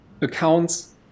accounts